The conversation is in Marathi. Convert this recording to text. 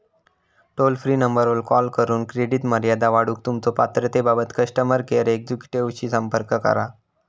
टोल फ्री नंबरवर कॉल करून क्रेडिट मर्यादा वाढवूक तुमच्यो पात्रतेबाबत कस्टमर केअर एक्झिक्युटिव्हशी संपर्क करा